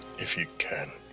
if you can.